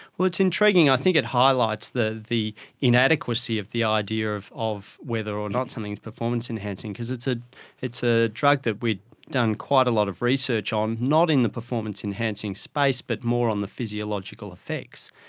well, it's intriguing, i think it highlights the the inadequacy of the idea of of whether or not something is performance enhancing because it's ah it's a drug that we had done quite a lot of research on, not in the performance enhancing space but more on the physiological effects.